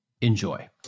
Enjoy